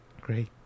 great